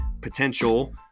potential